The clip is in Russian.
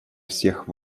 всех